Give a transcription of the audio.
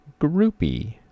groupy